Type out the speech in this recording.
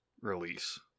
release